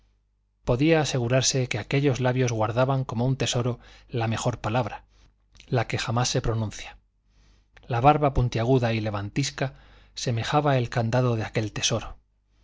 podía asegurarse que aquellos labios guardaban como un tesoro la mejor palabra la que jamás se pronuncia la barba puntiaguda y levantisca semejaba el candado de aquel tesoro